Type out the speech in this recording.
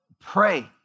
Pray